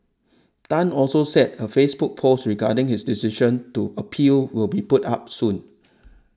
Tan also said a Facebook post regarding his decision to appeal will be put up soon